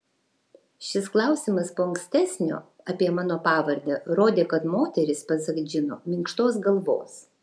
šis klausimas po ankstesnio apie mano pavardę rodė kad moteris pasak džino minkštos galvos